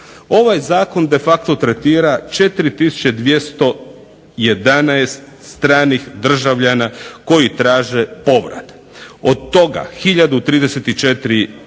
Ovaj Zakon de facto tretira 4211 stranih državljana koji traže povrat. Od toga 1034 su